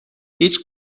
هیچ